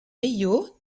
rio